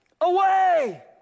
away